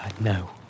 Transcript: No